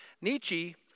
Nietzsche